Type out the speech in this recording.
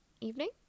evening